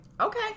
okay